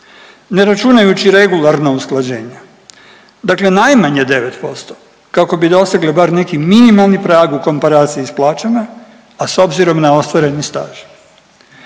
ne računajući regularna usklađenja. Dakle najmanje 9% kako bi dosegle bar neki minimalni prag u komparaciji sa plaćama, a s obzirom na ostvareni staž.